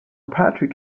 patrick